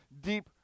deep